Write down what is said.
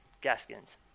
gaskins